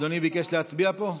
אדוני ביקש להצביע פה?